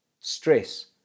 stress